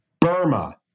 Burma